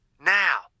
now